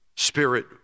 Spirit